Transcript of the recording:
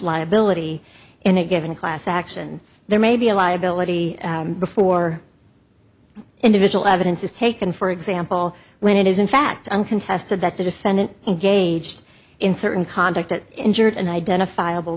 liability in a given class action there may be a liability before individual evidence is taken for example when it is in fact uncontested that the defendant engaged in certain conduct that injured an identifiable